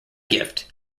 gift